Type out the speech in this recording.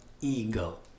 ego